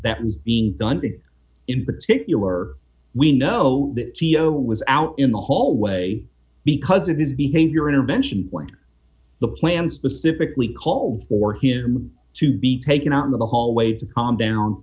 that was being done in particular we know that was out in the hallway because of his behavior intervention the plan specifically called for him to be taken out in the hallway to calm down